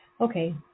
okay